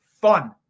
fun